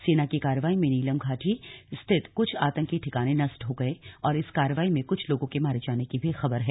सेना की कार्रवाई में नीलम घाटी स्थित कुछ आतंकी ठिकाने नष्ट हो गये और इस कार्रवाई में कुछ लोगों के मारे जाने की भी खबर है